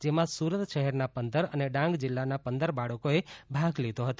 જેમાં સુરત શહેરના પંદર અને ડાંગ જિલ્લાના પંદર બાળકોએ ભાગ લીધો હતો